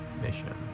mission